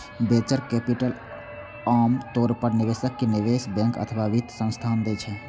venture capital आम तौर पर निवेशक, निवेश बैंक अथवा वित्त संस्थान दै छै